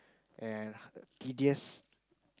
and tedious